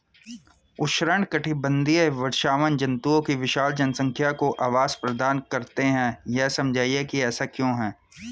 उष्णकटिबंधीय वर्षावन जंतुओं की विशाल जनसंख्या को आवास प्रदान करते हैं यह समझाइए कि ऐसा क्यों है?